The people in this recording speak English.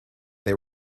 they